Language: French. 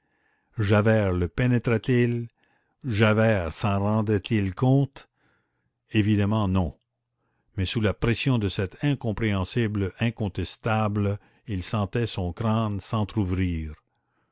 javert le pénétrait il javert s'en rendait il compte évidemment non mais sous la pression de cet incompréhensible incontestable il sentait son crâne s'entr'ouvrir